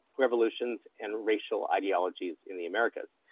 revolutions and racial ideologies in the americas.